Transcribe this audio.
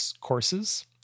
courses